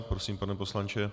Prosím, pane poslanče.